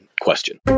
question